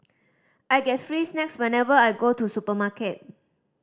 I get free snacks whenever I go to supermarket